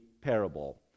parable